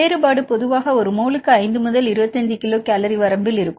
வேறுபாடு பொதுவாக ஒரு மோலுக்கு 5 முதல் 25 கிலோ கலோரி வரம்பில் இருக்கும்